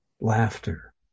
laughter